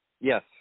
Yes